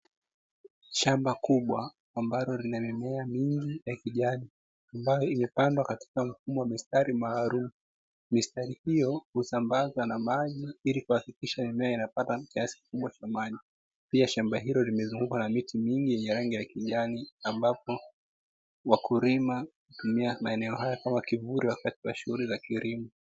Shamba kubwa ambalo lina mimea mingi ya kijani ambayo imepandwa katika mfumo wa mistari maalumu, mistari hiyo husambaza na maji ili kuhakikisha mimea inapata kiasi kikubwa cha maji, pia shamba hilo limezungukwa na miti mingi yenye rangi ya kijani ambapo wakulima hutumia maeneo kama kivuli wakati wa shughuli za kilimo.